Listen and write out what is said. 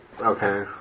Okay